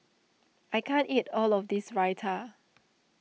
I can't eat all of this Raita